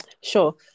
sure